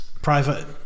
Private